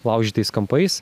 laužytais kampais